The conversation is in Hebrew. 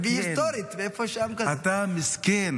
תביא היסטורית --- אתה מסכן.